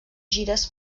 gires